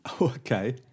Okay